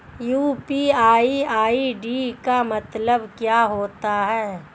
UPI ID का मतलब क्या होता है?